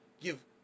give